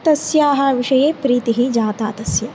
तस्याः विषये प्रीतिः जाता तस्य